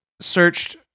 searched